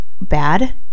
bad